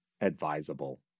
advisable